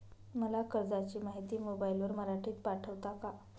मला कर्जाची माहिती मोबाईलवर मराठीत पाठवता का?